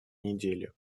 недели